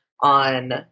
on